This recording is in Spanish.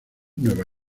nueva